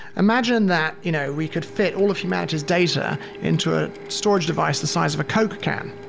imagine that you know we could fit all of humanity's data into a storage device the size of a coke can.